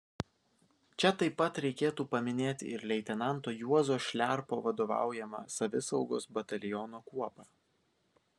čia taip pat reikėtų paminėti ir leitenanto juozo šliarpo vadovaujamą savisaugos bataliono kuopą